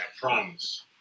promise